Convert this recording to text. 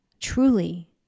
Truly